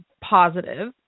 positive